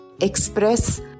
express